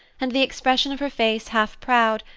and the expression of her face half proud,